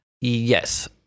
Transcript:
Yes